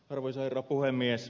arvoisa herra puhemies